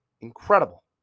incredible